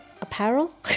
Apparel